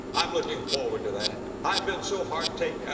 i'm looking forward to that. i've been so heartake,